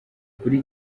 kuri